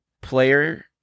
player